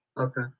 okay